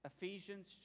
Ephesians